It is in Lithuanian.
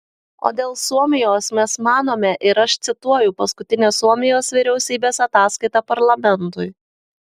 o dėl suomijos mes manome ir aš cituoju paskutinę suomijos vyriausybės ataskaitą parlamentui